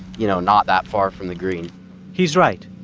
you know, not that far from the green he's right.